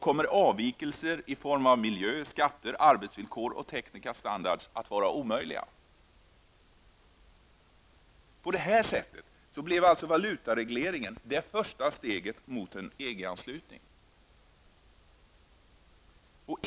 kommer avvikelser i form av t.ex. miljökrav, skatter, arbetsvillkor och tekniska standarder att vara omöjliga. På det här sättet blev avskaffandet av valutaregleringen det första steget mot en EG-anslutning.